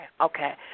okay